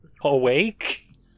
awake